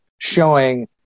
showing